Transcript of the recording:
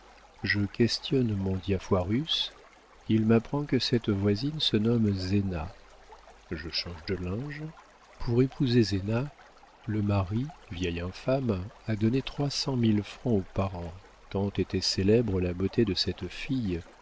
je questionne mon diafoirus il m'apprend que cette voisine se nomme zéna je change de linge pour épouser zéna le mari vieil infâme a donné trois cent mille francs aux parents tant était célèbre la beauté de cette fille